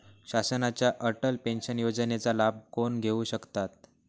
शासनाच्या अटल पेन्शन योजनेचा लाभ कोण घेऊ शकतात?